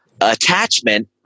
attachment